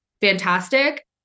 Fantastic